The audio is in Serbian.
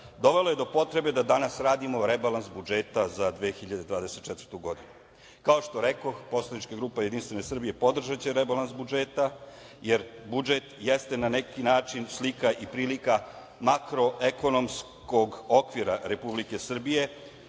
dovelo je do potrebe da danas radimo rebalans budžeta za 2024. godinu. Kao što rekoh, poslanička grupa JS podržaće rebalans budžeta, jer budžet jeste na neki način slika i prilika makroekonomskog okvira Republike Srbije